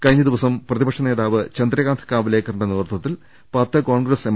കഴിഞ്ഞദിവസം പ്രതിപക്ഷ നേതാവ് ചന്ദ്രകാന്ത് കാവ്ലേക്കറിന്റെ നേതൃത്വത്തിൽ പത്ത് കോൺഗ്രസ് എം